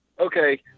okay